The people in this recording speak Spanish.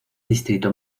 distrito